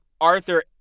arthur